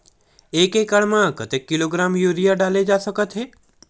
एक एकड़ म कतेक किलोग्राम यूरिया डाले जा सकत हे?